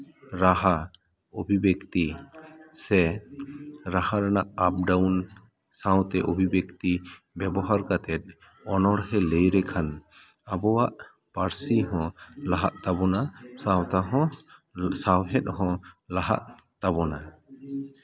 ᱨᱟᱦᱟ ᱚᱵᱷᱤᱵᱮᱠᱛᱤ ᱥᱮ ᱨᱟᱦᱟ ᱨᱮᱱᱟᱜ ᱟᱯ ᱰᱟᱣᱩᱱ ᱥᱟᱶᱛᱮ ᱚᱵᱷᱤᱵᱮᱠᱛᱤ ᱵᱮᱵᱚᱦᱟᱨ ᱠᱟᱛᱮᱫ ᱚᱱᱚᱲᱦᱮᱸ ᱞᱟᱹᱭ ᱞᱮᱠᱷᱟᱱ ᱟᱵᱚᱣᱟᱜ ᱯᱟᱹᱨᱥᱤ ᱦᱚᱸ ᱞᱟᱦᱟᱜ ᱛᱟᱵᱚᱱᱟ ᱥᱟᱶᱛᱟ ᱦᱚᱸ ᱥᱟᱶᱦᱮᱫ ᱦᱚᱸ ᱞᱟᱦᱟᱜ ᱛᱟᱵᱚᱱᱟ